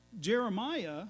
Jeremiah